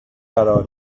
قرار